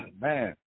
Man